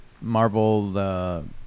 Marvel